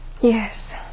Yes